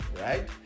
right